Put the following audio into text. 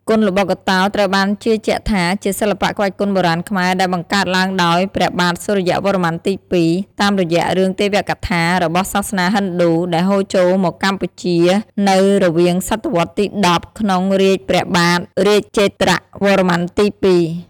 គុនល្បុក្កតោ ត្រូវបានជឿជាក់ថា ជាសិល្បៈក្បាច់គុនបុរាណខ្មែរ ដែលបង្កើតឡើងដោយ ព្រះបាទសូរ្យវរ្ម័នទី២ តាមរយៈរឿងទេវៈកថា របស់សាសនាហិណ្ឌូ ដែលហូរចូលមកកម្ពុជានូវរវាងស.វទី១០ ក្នុងរាជព្រះបាទរាជេន្ទ្រវរ្ម័នទី២។